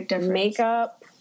makeup